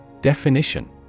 Definition